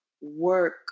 work